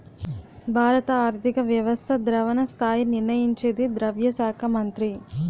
భారత ఆర్థిక వ్యవస్థ ద్రవణ స్థాయి నిర్ణయించేది ద్రవ్య శాఖ మంత్రి